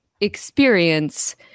experience